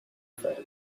friends